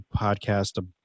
podcast